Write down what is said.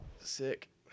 Sick